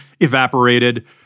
evaporated